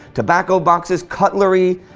tobacco boxes, cutlery,